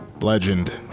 legend